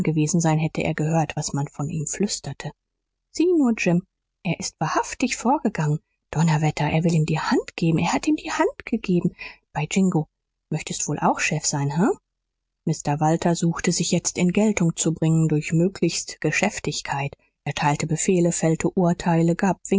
gewesen sein hätte er gehört was man von ihm flüsterte sieh nur jim er ist wahrhaftig vorgegangen donnerwetter er will ihm die hand geben er hat ihm die hand gegeben bei jingo möchtet wohl auch jeff sein he mr walter suchte sich jetzt in geltung zu bringen durch möglichste geschäftigkeit erteilte befehle fällte urteile gab